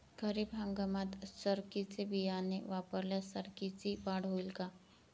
खरीप हंगामात सरकीचे बियाणे वापरल्यास सरकीची वाढ होईल का?